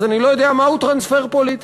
אז אני לא יודע מהו טרנספר פוליטי.